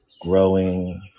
growing